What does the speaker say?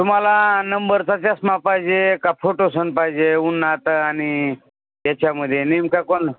तुम्हाला नंबरचा चष्मा पाहिजे का फोटो सण पाहिजे ऊन आता आणि याच्यामध्ये नेमका कोण